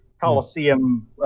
coliseum